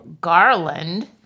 garland